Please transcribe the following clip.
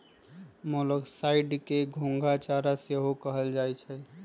मोलॉक्साइड्स के घोंघा चारा सेहो कहल जाइ छइ